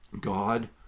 God